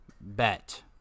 bet